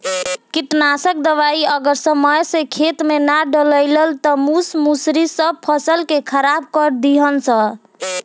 कीटनाशक दवाई अगर समय से खेते में ना डलाइल त मूस मुसड़ी सब फसल के खराब कर दीहन सन